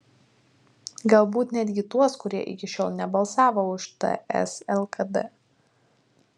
galbūt netgi tuos kurie iki šiol nebalsavo už ts lkd